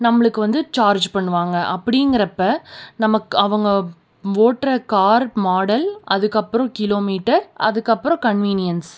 நம்மளுக்கு வந்து சார்ஜ் பண்ணுவாங்க அப்படிங்கிறப்ப நமக்கு அவங்க ஓட்டுற கார் மாடல் அதுக்கப்புறம் கிலோமீட்டர் அதுக்கப்புறம் கன்வீனியன்ஸ்